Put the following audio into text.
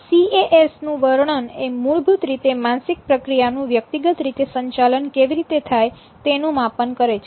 સીએએસ નું વર્ણન એ મૂળભૂત રીતે માનસિક પ્રક્રિયા નું વ્યક્તિગત રીતે સંચાલન કેવી રીતે થાય તેનું માપન કરે છે